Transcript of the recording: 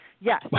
Yes